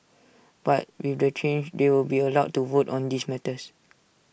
but with the change they will be allowed to vote on these matters